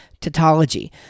tautology